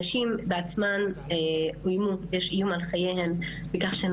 הנשים בעצמן יש איום על חייהן בכך שהן